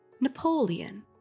Napoleon